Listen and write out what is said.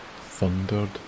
thundered